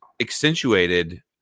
accentuated